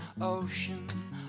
ocean